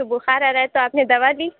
تو بُخار آ رہا ہے تو آپ نے دوا لی